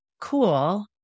cool